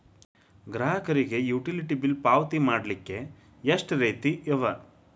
ಗ್ರಾಹಕರಿಗೆ utility bill ಪಾವತಿ ಮಾಡ್ಲಿಕ್ಕೆ ಎಷ್ಟ ರೇತಿ ಅವ?